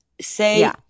say